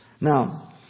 Now